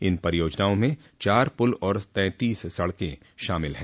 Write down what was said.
इन परियोजनाओं में चार पुल और तैंतीस सड़कें शामिल हैं